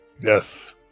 yes